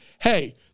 hey